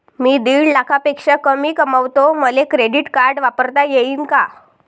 मी दीड लाखापेक्षा कमी कमवतो, मले क्रेडिट कार्ड वापरता येईन का?